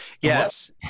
Yes